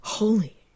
Holy